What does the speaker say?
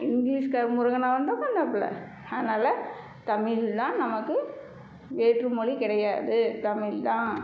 English க முருகனா வந்து பண்ணாப்பில அதனால தமிழ் தான் நமக்கு வேற்று மொழி கிடையாது தமிழ் தான்